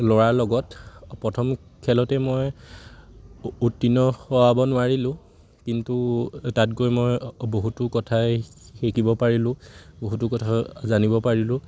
ল'ৰাৰ লগত প্ৰথম খেলতে মই উত্তীৰ্ণ হোৱাব নোৱাৰিলোঁ কিন্তু তাত গৈ মই বহুতো কথাই শিকিব পাৰিলোঁ বহুতো কথা জানিব পাৰিলোঁ